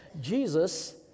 Jesus